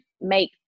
make